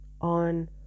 on